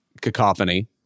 cacophony